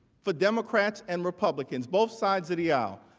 for democrats and republicans both sides of the aisle,